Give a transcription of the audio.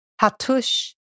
Hatush